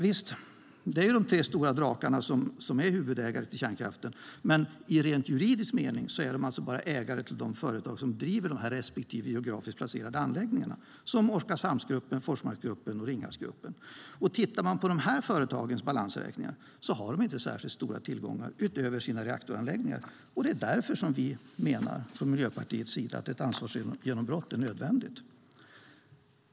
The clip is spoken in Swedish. Visst är det de tre stora drakarna som är huvudägare till kärnkraften, men i rent juridisk mening är de ägare bara till de företag som driver de respektive geografiskt placerade anläggningarna, till exempel Oskarshamnsgruppen, Forsmarksgruppen och Ringhalsgruppen. Dessa företags balansräkningar visar inte särskilt stora tillgångar utöver sina reaktoranläggningar. Det är därför vi från Miljöpartiets sida menar att ett ansvarsgenombrott är nödvändigt.